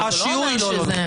זה לא אומר שזה -.